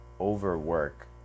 overwork